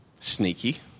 Sneaky